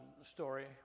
story